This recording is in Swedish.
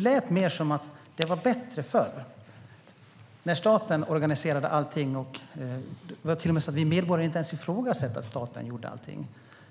lät mer som att det var bättre förr när staten organiserade allting och vi medborgare inte ens ifrågasatte att staten gjorde allting.